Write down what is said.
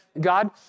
God